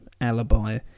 alibi